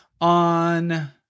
on